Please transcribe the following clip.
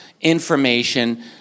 information